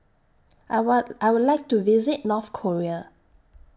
I I Would like to visit North Korea